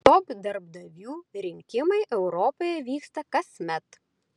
top darbdavių rinkimai europoje vyksta kasmet